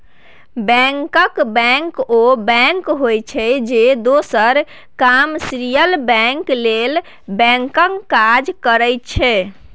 बैंकरक बैंक ओ बैंक होइ छै जे दोसर कामर्शियल बैंक लेल बैंकक काज करै छै